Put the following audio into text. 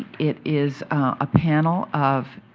it is a panel of